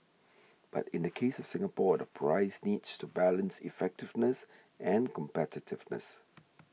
but in the case of Singapore all the price needs to balance effectiveness and competitiveness